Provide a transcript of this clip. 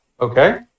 Okay